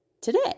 today